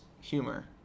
humor